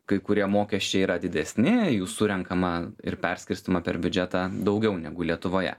kai kurie mokesčiai yra didesni jų surenkama ir perskirstymą per biudžetą daugiau negu lietuvoje